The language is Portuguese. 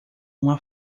uma